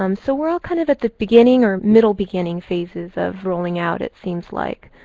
um so we're all kind of at the beginning or middle-beginning phases of rolling out, it seems like.